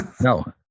No